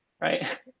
right